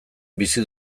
bizi